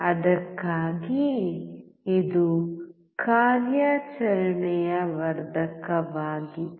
ಅದಕ್ಕಾಗಿಯೇ ಇದು ಕಾರ್ಯಾಚರಣೆಯ ವರ್ಧಕವಾಗಿದೆ